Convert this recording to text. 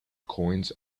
coins